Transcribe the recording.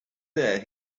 there